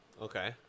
Okay